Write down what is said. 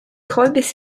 hobbies